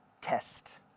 test